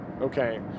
Okay